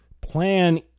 plan